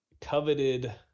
coveted